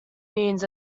means